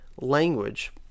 language